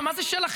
מה זה שלכם?